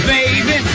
Baby